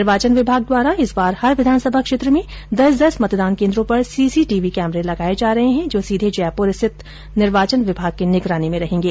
निर्वाचन विभाग द्वारा इस बार हर विधानसभा क्षेत्र में दस दस मतदान केन्द्रों पर सीसीटीवी लगाए जा रहे हैं जो सीधे जयपुर स्थित निर्वाचन विभाग की निगरानी में रहेंगे